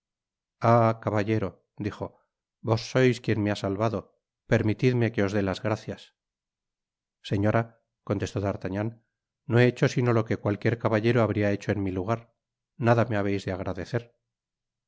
caballero dijo vos sois quien me ha salvado permitidme que os dé las gracias seffera contestó d'artagnan no he hecho sino lo que cualquier caballero habría hecho en mi lugar nada me habeis de agradecer